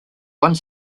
one